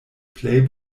plej